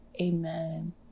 amen